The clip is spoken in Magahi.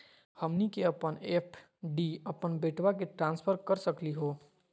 हमनी के अपन एफ.डी अपन बेटवा क ट्रांसफर कर सकली हो?